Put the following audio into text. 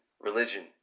religion